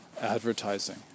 advertising